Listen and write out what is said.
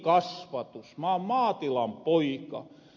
mä oon maatilan poika